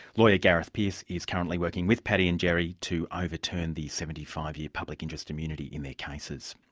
lawyer gareth peirce is currently working with paddy and gerry to overturn the seventy five year public interest immunity in their cases.